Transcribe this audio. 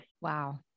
Wow